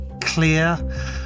clear